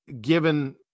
given